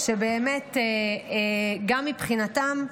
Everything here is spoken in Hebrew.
שגם מבחינתם,